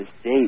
state